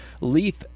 Leaf